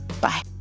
Bye